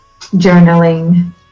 journaling